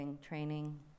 training